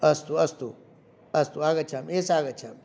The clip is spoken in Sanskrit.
अस्तु अस्तु अस्तु आगच्छामि एषा आगच्छामि